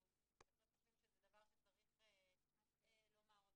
אנחנו בהחלט חושבים שזה דבר שצריך לומר אותו.